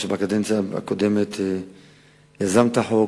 יישר כוח על שבקדנציה הקודמת יזמת את החוק,